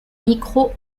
micro